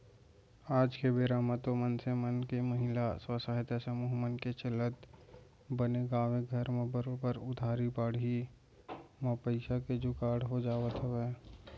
आज के बेरा म तो मनसे मन के महिला स्व सहायता समूह मन के चलत बने गाँवे घर म बरोबर उधारी बाड़ही म पइसा के जुगाड़ हो जावत हवय